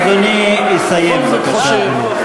אדוני יסיים, בבקשה.